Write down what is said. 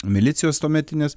milicijos tuometinės